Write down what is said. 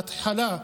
בהתחלה,